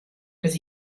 dass